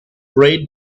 braid